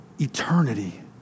eternity